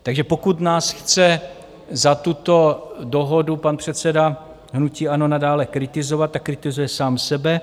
Takže pokud nás chce za tuto dohodu pan předseda hnutí ANO nadále kritizovat, tak kritizuje sám sebe.